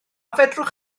fedrwch